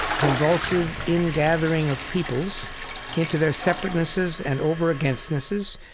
convulsive ingathering of peoples into their separatenesses and over-againstnesses,